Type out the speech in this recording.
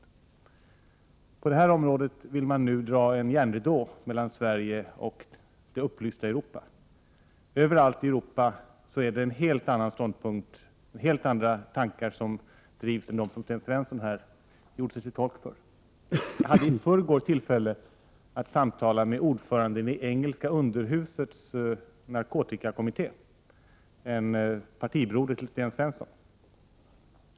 Men på detta område vill man nu dra en järnridå mellan Sverige och det upplysta Europa. Ty överallt i Europa möter vi helt andra ståndpunkter och helt andra tankar än de Sten Svensson här har gjort sig till tolk för. Jag hade i förrgår tillfälle att samtala med ordföranden i engelska underhusets narkotikakommitté, en partibroder till Sten Svensson.